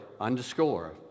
underscore